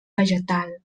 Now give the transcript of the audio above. vegetal